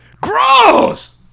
Gross